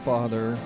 Father